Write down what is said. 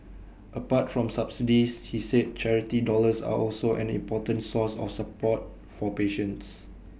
apart from subsidies he said charity dollars are also an important source of support for patients